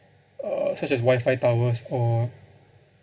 uh such as wifi towers or